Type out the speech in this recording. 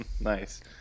nice